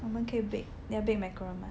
我们可以 bake 你要 bake macaron 吗